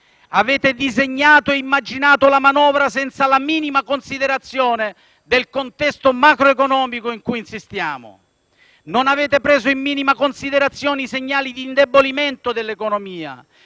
Avete disegnato e immaginato la manovra senza la minima considerazione del contesto macroeconomico in cui va ad insistere. Non avete preso in minima considerazione i segnali di indebolimento dell'economia,